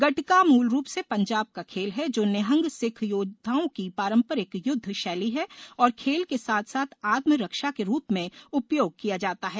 गटका मूल रूप से पंजाब का खेल है जो निहंग सिख योद्वाओं की पारंपरिक युद्ध शैली है और खेल के साथ साथ आत्म रक्षा के रूप में उपयोग किया जाता है